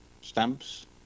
stamps